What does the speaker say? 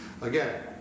Again